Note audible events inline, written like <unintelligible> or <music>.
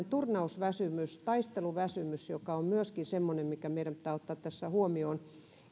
<unintelligible> turnausväsymys taisteluväsymys on myöskin semmoinen mikä meidän pitää ottaa tässä huomioon